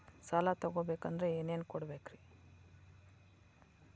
ಸಾಲ ತೊಗೋಬೇಕಂದ್ರ ಏನೇನ್ ಕೊಡಬೇಕ್ರಿ?